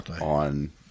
on